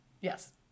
Yes